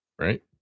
right